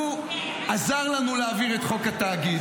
הוא עזר לנו להעביר את חוק התאגיד,